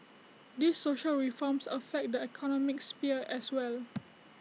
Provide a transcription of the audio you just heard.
these social reforms affect the economic sphere as well